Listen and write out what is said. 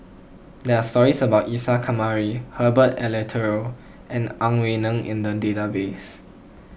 there are stories about Isa Kamari Herbert Eleuterio and Ang Wei Neng in the database